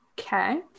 Okay